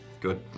Good